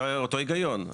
אותו הגיון.